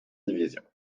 division